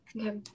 Okay